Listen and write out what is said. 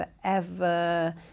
forever